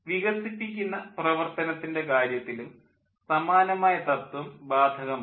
വികസിപ്പിക്കുന്ന പ്രവർത്തനത്തിൻ്റെ കാര്യത്തലും സമാനമായ തത്വം ബാധകമാണ്